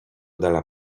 dalla